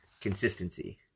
Consistency